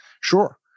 sure